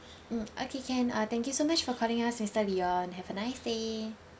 mm okay can uh thank you so much for calling us mister leon have a nice day